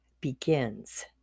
begins